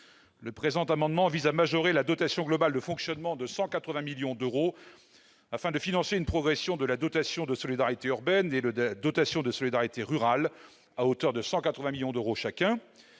Le présent amendement vise à majorer la dotation globale de fonctionnement de 180 millions d'euros afin de financer une progression de la dotation de solidarité urbaine, la DSU, et de la dotation de solidarité rurale, la DSR, à hauteur de 180 millions d'euros chacune,